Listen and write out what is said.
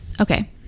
okay